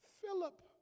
Philip